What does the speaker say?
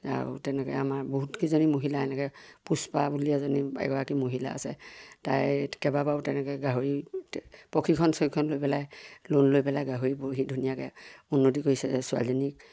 আৰু তেনেকৈ আমাৰ বহুতকেইজনী মহিলা এনেকৈ পুষ্পা বুলি এজনী এগৰাকী মহিলা আছে তাই কেইবাবাৰো তেনেকৈ গাহৰি প্ৰশিক্ষণ চশিক্ষণ লৈ পেলাই লোন লৈ পেলাই গাহৰিবোৰ সি ধুনীয়াকৈ উন্নতি কৰিছে ছোৱালীজনীক